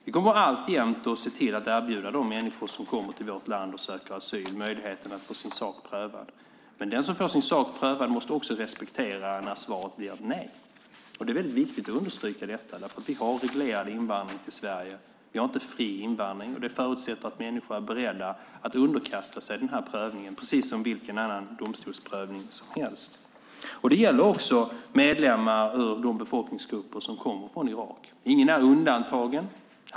Vi kommer alltjämt att erbjuda de människor som kommer till vårt land och söker asyl möjligheten att få sin sak prövad, men den som får sin sak prövad måste också respektera när svaret blir ett nej. Det är viktigt att understryka detta, för vi har reglerad invandring till Sverige. Vi har inte fri invandring, och det förutsätter att människor är beredda att underkasta sig prövningen på samma sätt som vilken annan domstolsprövning som helst. Det gäller också medlemmar ur de befolkningsgrupper som kommer från Irak. Ingen är undantagen.